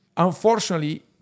Unfortunately